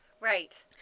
Right